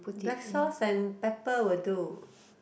black sauce and pepper will do